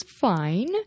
fine